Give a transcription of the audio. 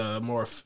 more